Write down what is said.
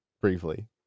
briefly